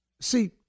See